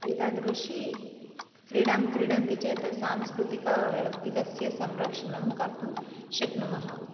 एतादृशीक्रीडां क्रीडन्ति चेत् सांस्कृतिकव्यक्तिकस्य संरक्षणं कर्तुं शक्नुमः